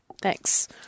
Thanks